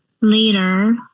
later